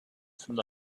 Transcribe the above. from